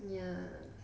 ya